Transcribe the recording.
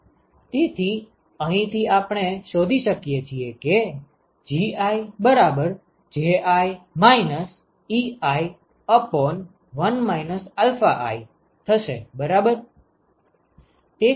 તેથી અહીંથી આપણે શોધી શકીએ છીએ કે GiJi Ei1 i બરાબર